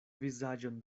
vizaĝon